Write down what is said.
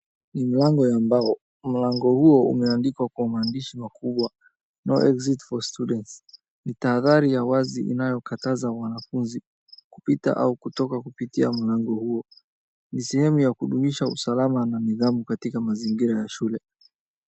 Ni mlango ya mbao. Mlango huo umeandikwa kwa maandishi makubwa No exit for student . NI tahadhari ya wazi inayokataza wanafunzi kupita au kutoka kupitia mlango huo. Ni sehemu ya kudumisha usalama na nidhamu katika mazingira ya shule.